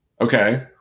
Okay